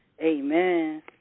Amen